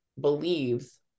believes